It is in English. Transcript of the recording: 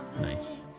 Nice